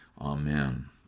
Amen